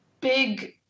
big